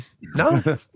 no